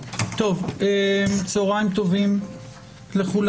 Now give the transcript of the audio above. צהריים טובים לכולם.